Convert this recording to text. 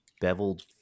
beveled